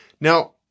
Now